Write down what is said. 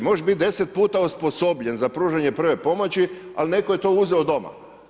Možeš biti 10 puta osposobljen za pružanje prve pomoći, ali netko je to uzeo doma.